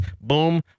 Boom